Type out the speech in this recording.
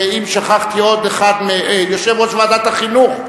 ואם שכחתי עוד אחד, יושב-ראש ועדת החינוך,